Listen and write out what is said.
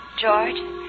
George